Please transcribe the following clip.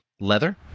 Leather